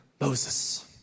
Moses